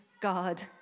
God